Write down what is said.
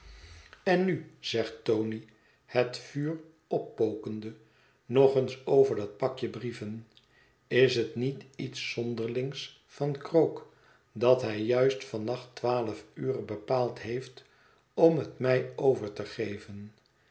en nu zegt tony het vuur oppokende nog eens over dat pakje brieven is het niet iets zonderlings van krpok dat hij juist van nacht twaalf ure bepaald heeft om het mij over te geven